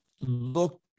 look